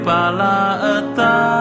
Palata